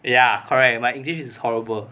ya correct my english is horrible